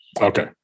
okay